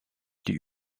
die